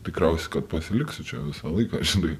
tikriausiai kad pasiliksiu čia visą laiką žinai